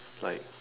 like